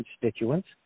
constituents